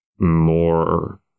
more